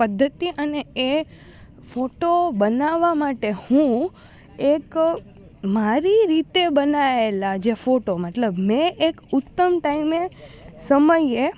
પદ્ધતિ અને એ ફોટો બનાવવા માટે હું એક મારી રીતે બનાવેલા જે ફોટો મતલબ મેં એક ઉત્તમ ટાઇમે સમયે